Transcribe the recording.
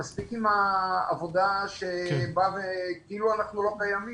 מספיק עם העבודה שבאה וכאילו אנחנו לא קיימים.